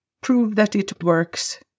prove-that-it-works